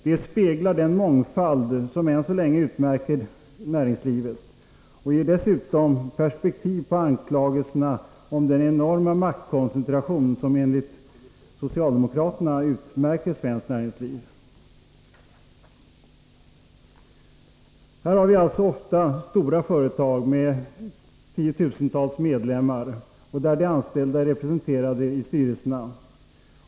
De speglar den mångfald som än så länge utmärker näringslivet och ger dessutom perspektiv på anklagelserna om den enorma maktkoncentration som enligt socialdemokraterna utmärker svenskt näringsliv. Det gäller alltså ofta stora företag med tiotusentals medlemmar, och där de anställda är representerade i styrelserna.